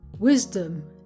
Wisdom